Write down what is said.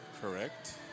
correct